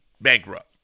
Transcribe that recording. bankrupt